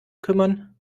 kümmern